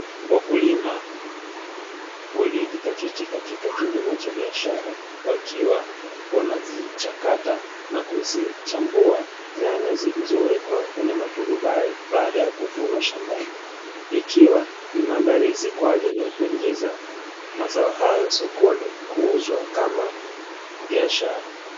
Wakulima waliojizatiti katika kilimo cha biashara wakiwa wanazichakata na kuzichambua nyanya zilizowekwa kwenye maturubai baada ya kuvunwa shambani, ikiwa ni maandalizi baada ya kuingiza mazao hayo sokoni kuuzwa kama biashara.